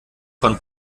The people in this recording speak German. von